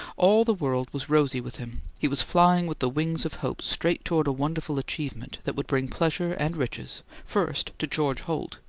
all the world was rosy with him, he was flying with the wings of hope straight toward a wonderful achievement that would bring pleasure and riches, first to george holt,